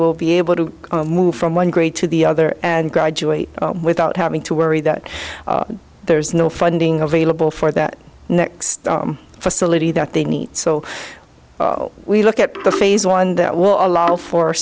will be able to move from one grade to the other and graduate without having to worry that there's no funding available for that next facility that they need so we look at the phase one that will allow for